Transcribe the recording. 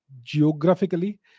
geographically